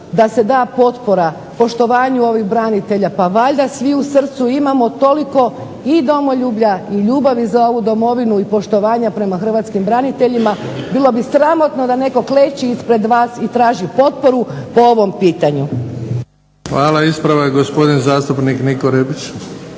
da se da potpora poštovanju ovih branitelja, pa valjda svi u srcu imamo toliko i domoljublja i ljubavi za ovu domovinu i poštovanja prema hrvatskim braniteljima, bilo bi sramotno da netko kleči ispred vas i traži potporu po ovom pitanju. **Bebić, Luka (HDZ)** Hvala. Ispravak gospodin zastupnik Niko Rebić.